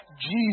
Jesus